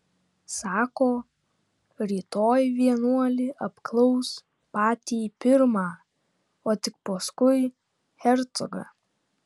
sako rytoj vienuolį apklaus patį pirmą o tik paskui hercogą